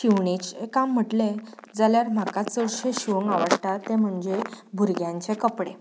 शिवणेचें काम म्हटलें जाल्यार म्हाका चडशें शिवूंक आवडटा ते म्हणजे भुरग्यांचे कपडे